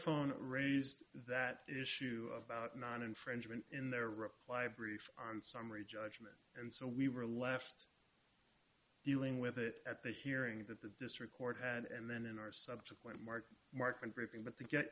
phone raised that issue about non infringement in their reply brief on summary judgment and so we were left dealing with it at the hearing that the district court and then in our subsequent mark mark and briefing but to get